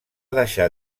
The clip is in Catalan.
deixar